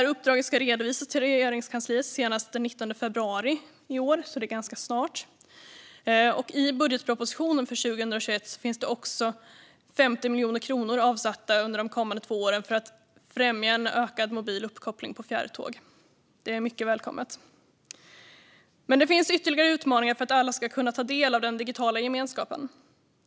Uppdraget ska redovisas till Regeringskansliet senast den 19 februari i år, vilket är ganska snart. I budgetpropositionen för 2021 finns också 50 miljoner kronor avsatta under de kommande två åren för att främja en ökad mobil uppkoppling på fjärrtåg. Detta är mycket välkommet. Men det finns ytterligare utmaningar för att alla ska kunna ta del av den digitala gemenskapen.